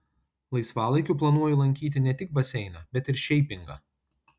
laisvalaikiu planuoju lankyti ne tik baseiną bet ir šeipingą